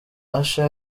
usher